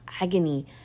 agony